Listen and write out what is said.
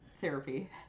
therapy